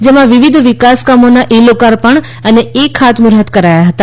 જેમાં વિવિધ વિકાસ કામોના ઇ લોકાર્પણ ઇ ખાતમુહૂર્ત કરાયા હતા